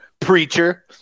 Preacher